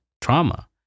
trauma